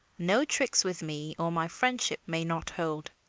no tricks with me or my friendship may not hold.